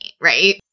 right